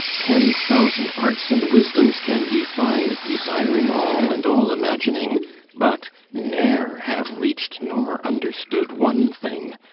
ten thousand arts and wisdoms can ye find, desiring all and all imagining but ne'er have reached nor understood one thing,